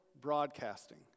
broadcasting